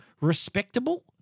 respectable